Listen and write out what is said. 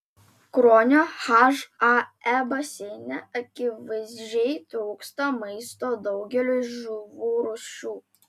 kruonio hae baseine akivaizdžiai trūksta maisto daugeliui žuvų rūšių